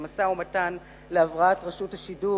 דמות מפתח במשא-ומתן להבראת רשות השידור